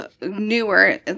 newer